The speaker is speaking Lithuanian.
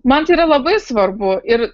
man tai yra labai svarbu ir